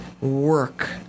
work